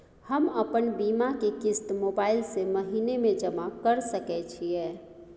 हम अपन बीमा के किस्त मोबाईल से महीने में जमा कर सके छिए?